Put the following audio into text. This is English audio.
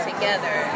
Together